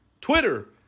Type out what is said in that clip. Twitter